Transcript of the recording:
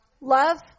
love